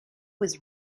was